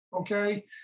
Okay